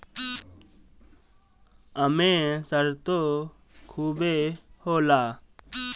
एमे सरतो खुबे होला